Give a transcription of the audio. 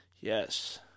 Yes